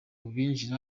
binjira